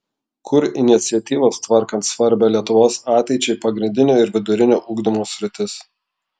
kur iniciatyvos tvarkant svarbią lietuvos ateičiai pagrindinio ir vidurinio ugdymo sritis